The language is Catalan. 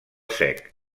sec